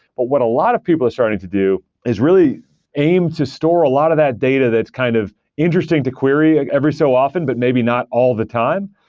but what a lot of people are starting to do is really aimed to store a lot of that data that's kind of interesting to query every so often, but maybe not all the time.